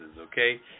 okay